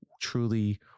truly